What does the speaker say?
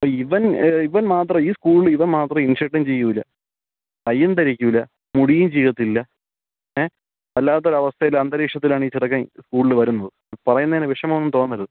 ഇപ്പം ഇവൻ ഇവൻ മാത്രം ഈ സ്കൂളിൽ ഇവൻ മാത്രം ഇൻ ഷർട്ടും ചെയ്യില്ല ടൈയും ധരിക്കില്ല മുടിയും ചീകത്തില്ല ഏ വല്ലാത്ത ഒരു അവസ്ഥയിൽ അന്തരീക്ഷത്തിലാണ് ഈ ചെറുക്കൻ സ്കൂളിൽ വരുന്നത് പറയുന്നതിനു വിഷമമൊന്നും തോന്നരുത്